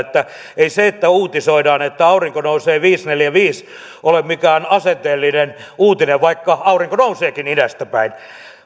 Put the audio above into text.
ei se että uutisoidaan että aurinko nousee viisi piste neljäkymmentäviisi ole mikään asenteellinen uutinen vaikka aurinko nouseekin idästä päin